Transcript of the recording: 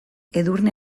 edurne